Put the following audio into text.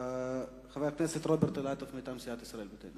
חבר הכנסת רוברט אילטוב מטעם סיעת ישראל ביתנו,